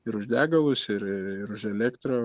ir už degalus ir ir ir už elektrą